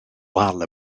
wal